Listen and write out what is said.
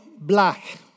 black